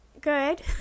Good